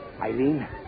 Eileen